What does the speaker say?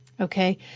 okay